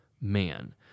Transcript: man